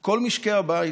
כל משקי הבית,